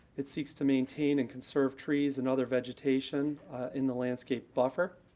it seeks to maintain and conserve trees and other vegetation in the landscape buffer.